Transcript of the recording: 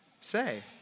say